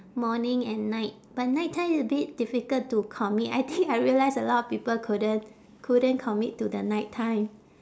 morning and night but night time is a bit difficult to commit I think I realise a lot of people couldn't couldn't commit to the night time